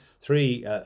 three